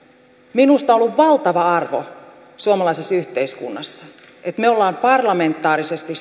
minusta on ollut valtava arvo suomalaisessa yhteiskunnassa että me olemme parlamentaarisesti